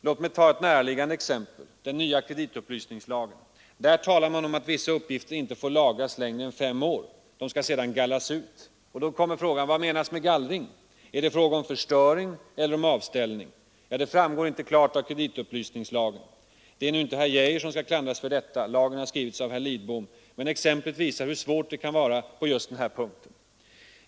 Låt mig ta ett näraliggande exempel, den nya kreditupplysningslagen. Där talar man om att vissa uppgifter inte får lagras längre än fem år. De skall sedan gallras ut. Då uppstår frågan: Vad menas med gallring? Är det fråga om förstöring eller om avställning? Ja, det framgår inte klart av kreditupplysningslagen. Det är nu inte herr Geijer som skall klandras för detta. Lagen har skrivits av herr Lidbom. Men exemplet visar hur svårt det kan vara på just den här punkten.